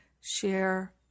share